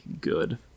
good